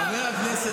חבר הכנסת